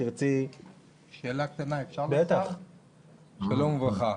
שלום וברכה,